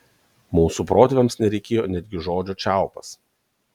mūsų protėviams nereikėjo netgi žodžio čiaupas